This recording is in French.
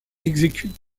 exécute